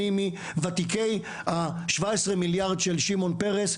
פעמים כשמדברים על חינוך ופערים בחינוך,